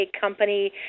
company